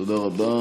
תודה רבה.